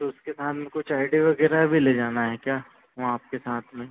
तो उसके साथ में कुछ आई डी वगैरह भी ले जाना है क्या वहाँ आपके साथ में